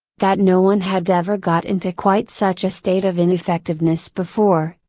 that no one had ever got into quite such a state of ineffectiveness before,